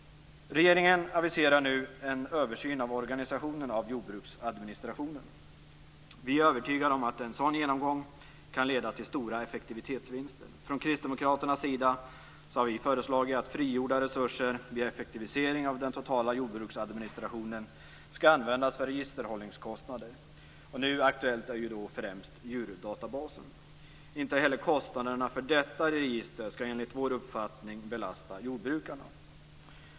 Regeringen aviserar nu en översyn av organisationen av jordbruksadministrationen. Vi är övertygade om att en sådan genomgång kan leda till stora effektivitetsvinster. Från Kristdemokraternas sida har vi föreslagit att frigjorda resurser vid effektivisering av den totala jordbruksadministrationen skall användas för registerhållningskostnader - nu aktuellt är främst djurdatabasen. Inte heller kostnaderna för detta register skall enligt vår uppfattning belasta jordbrukarna.